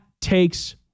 takes